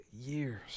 years